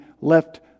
left